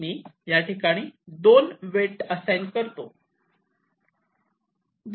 मी याठिकाणी 2 weight assign करतो